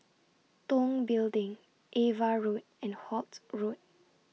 Tong Building AVA Road and Holt Road